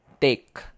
take